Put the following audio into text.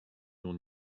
l’on